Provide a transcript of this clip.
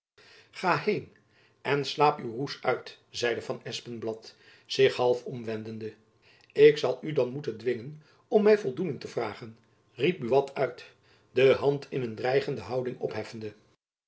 heen en slaap uw roes uit zeide van espenblad zich half omwendende ik zal u dan moeten dwingen om my voldoening te vragen riep buat uit de hand in een dreigende houding opheffende